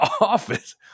office